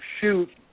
shoot